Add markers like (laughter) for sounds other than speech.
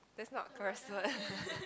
that's not correct word (laughs)